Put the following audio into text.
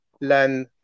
learn